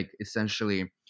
essentially